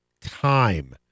time